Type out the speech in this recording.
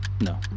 no